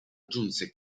giunse